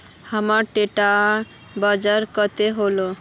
हमर टोटल ब्याज कते होले?